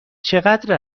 چقدر